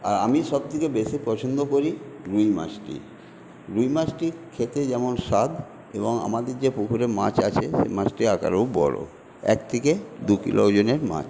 আর আমি সব থেকে বেশি পছন্দ করি রুই মাছটি রুই মাছটি খেতে যেমন স্বাদ এবং আমাদের যে পুকুরে মাছ আছে সেই মাছটি আকারেও বড়ো এক থেকে দুকিলো ওজনের মাছ